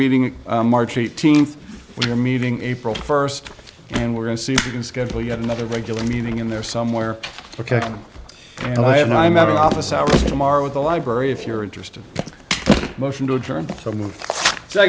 meeting in march eighteenth we're meeting april first and we're going to see if you can schedule yet another regular meeting in there somewhere ok and i have no i'm out of office hours tomorrow at the library if you're interested in motion to ad